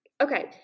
Okay